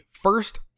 First